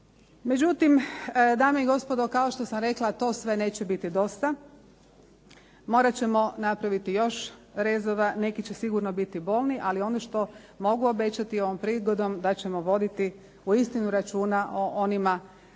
Međutim, dame i gospodo, kao što sam rekla to sve neće biti dosta. Morat ćemo napraviti još rezova. Neki će sigurno biti bolni, ali ono što mogu obećati ovom prigodom da ćemo voditi uistinu računa o onima koji